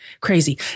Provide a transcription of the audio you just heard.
crazy